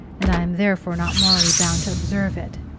and i am therefore not morally bound to observe it.